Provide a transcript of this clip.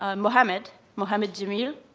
um mohammed mohammed jameel,